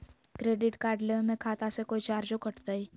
Credit card लेवे में खाता से कोई चार्जो कटतई?